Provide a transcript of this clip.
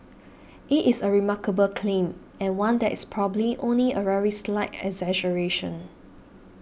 it is a remarkable claim and one that is probably only a very slight exaggeration